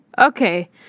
Okay